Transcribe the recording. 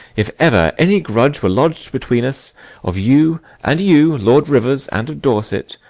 if ever any grudge were lodg'd between us of you, and you, lord rivers, and of dorset,